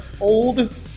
old